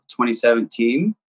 2017